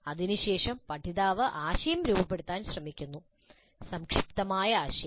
അതിനുശേഷം പഠിതാവ് ആശയം രൂപപ്പെടുത്താൻ ശ്രമിക്കുന്നു സംക്ഷിപ്തമായ ആശയം